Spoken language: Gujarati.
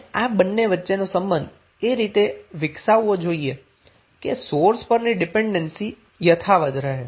અને આ બંને વચ્ચેનો સંબંધ એ રીતે વિકસાવવો જોઈએ કે સોર્સ પરની જે ડીપેન્ડન્ટસી છે તે યથાવત રહે